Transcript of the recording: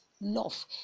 Love